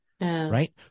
Right